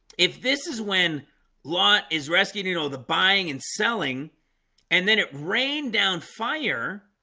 if this is when lot is rescued, you know the buying and selling and then it rained down fire